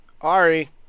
Ari